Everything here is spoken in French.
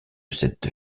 cette